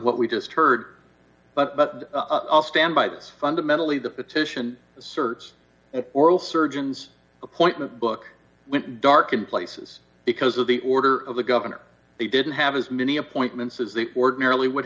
what we just heard but i'll stand by this fundamentally the petition asserts oral surgeons appointment book dark in places because of the order of the governor they didn't have as many appointments as the ordinarily would